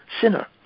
sinner